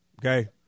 Okay